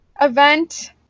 event